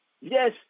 Yes